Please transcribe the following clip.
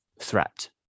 threat